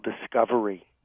discovery